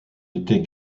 était